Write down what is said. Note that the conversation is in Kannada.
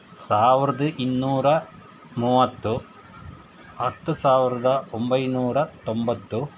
ಸಾವಿರದ ಇನ್ನೂರ ಮೂವತ್ತು ಹತ್ತು ಸಾವಿರದ ಒಂಬೈನೂರ ತೊಂಬತ್ತು